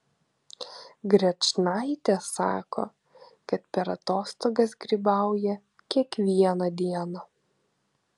grečnaitė sako kad per atostogas grybauja kiekvieną dieną